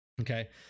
Okay